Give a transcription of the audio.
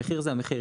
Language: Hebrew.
המחיר זה המחיר,